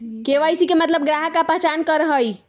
KYC के मतलब ग्राहक का पहचान करहई?